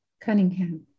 Cunningham